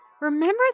Remember